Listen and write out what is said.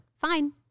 Fine